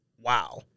Wow